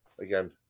Again